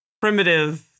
primitive